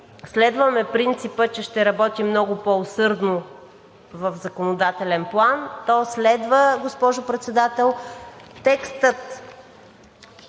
следваме принципа, че ще работим много по-усърдно в законодателен план, то следва, госпожо Председател, текстът: